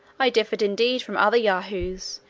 i differed indeed from other yahoos,